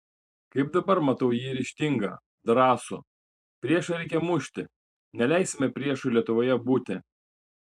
kaip dabar matau jį ryžtingą drąsų priešą reikia mušti neleisime priešui lietuvoje būti